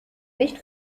nicht